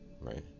right